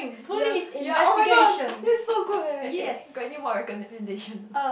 ya ya [oh]-my-god that's so good leh eh eh got anymore recommendation or not